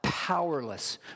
powerless